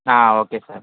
okay sir